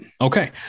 Okay